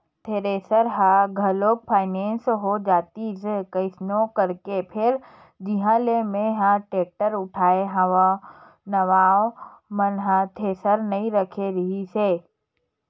thresher ह घलोक finance हो जातिस कइसनो करके फेर जिहाँ ले मेंहा टेक्टर उठाय हव नवा ओ मन ह थेरेसर नइ रखे रिहिस हे